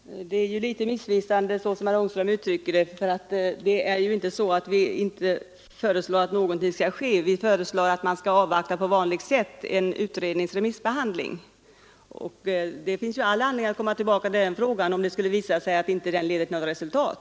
Herr talman! Det är litet missvisande så som herr Ångström uttrycker det. Det är inte så att vi inte föreslår att någonting skall ske, utan vi föreslår att man på vanligt sätt skall avvakta en remissbehandling. Det finns all anledning att komma tillbaka till frågan, om det skulle visa sig att man inte uppnår något resultat.